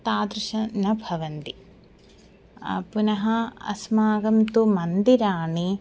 तादृशं न भवन्ति पुनः अस्माकं तु मन्दिराणि